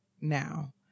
now